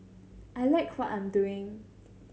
I like what I'm doing